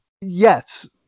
Yes